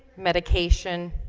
medication